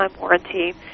warranty